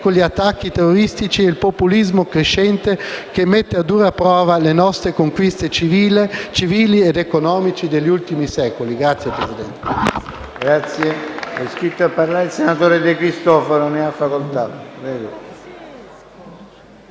contro gli attacchi terroristici e il populismo crescente che mette a dura prova tutte le nostre conquiste civili ed economiche degli ultimi secoli. *(Applausi